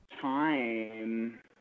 time